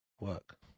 Work